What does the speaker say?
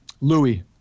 Louis